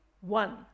one